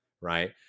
right